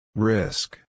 Risk